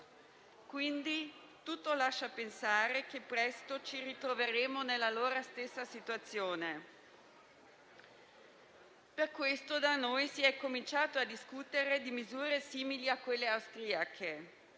Austria. Tutto lascia quindi pensare che presto ci ritroveremo nella loro stessa situazione. Per questo da noi si è cominciato a discutere di misure simili a quelle austriache,